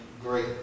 great